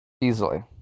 Easily